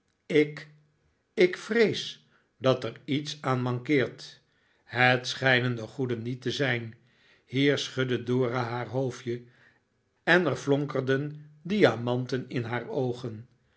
ik ik vrees dat er iets aan mankeert het schijnen de goede niet te zijn hier schudde dora haar hoofdje en er flonkerden diamanten in haar oogen